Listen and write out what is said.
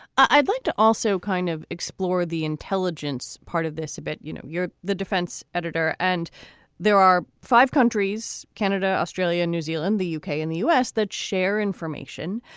i'd like to also kind of explore the intelligence part of this a bit you know, you're the defense editor and there are five countries, canada, australia, new zealand, the u k. and the u s. that share information.